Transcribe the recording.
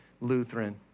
Lutheran